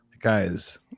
guys